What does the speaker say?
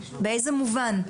באיזה מובן?